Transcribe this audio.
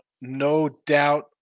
no-doubt